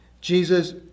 Jesus